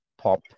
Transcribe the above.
pop